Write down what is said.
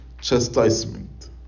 chastisement